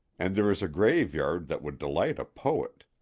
and there is a graveyard that would delight a poet.